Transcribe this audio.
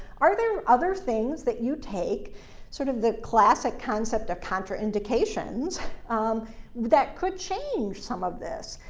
are there other things that you take sort of the classic concept of contraindications um that could change some of this?